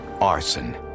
arson